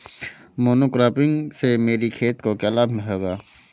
Monocropping से मेरी खेत को क्या लाभ होगा?